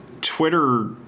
Twitter